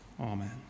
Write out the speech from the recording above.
Amen